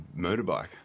motorbike